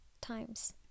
times